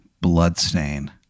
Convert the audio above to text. bloodstain